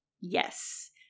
Yes